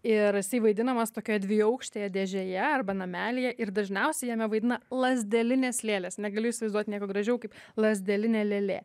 ir vaidinamas tokioje dviaukštėje dėžėje arba namelyje ir dažniausiai jame vaidina lazdelinės lėlės negaliu įsivaizduot nieko gražiau kaip lazdelinė lėlė